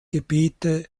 gebete